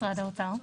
משרד האוצר.